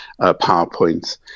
PowerPoints